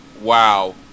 Wow